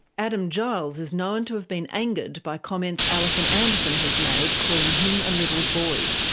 adam giles is known to have been angered by comments alison anderson has made, calling him a little boy.